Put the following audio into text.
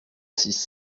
six